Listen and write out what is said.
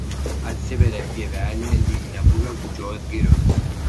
atsiveria pievelė lyg nebuvę gūdžios girios